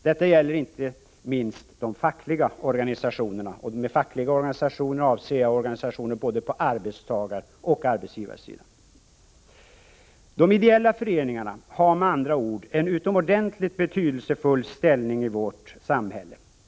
Detta gäller icke minst de fackliga organisationerna — både på arbetstagaroch på arbetsgivarsidan. De ideella föreningarna har med andra ord en utomordentligt betydelsefull ställning i vårt samhälle.